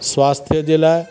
स्वास्थ जे लाइ